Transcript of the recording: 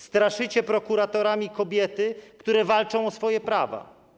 Straszycie prokuratorami kobiety, które walczą o swoje prawa.